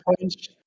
points